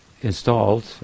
installed